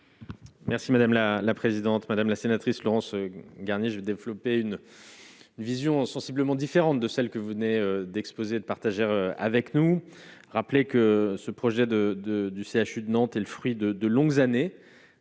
Merci madame la la présidente, madame la sénatrice Laurence Garnier je ai développer une une vision sensiblement différente de celle que vous venez d'exposer, de partager avec nous rappeler que ce projet de de du CHU de Nantes est le fruit de 2 longues années